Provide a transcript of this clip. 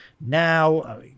now